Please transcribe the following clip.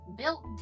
built